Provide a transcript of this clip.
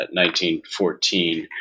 1914